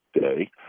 day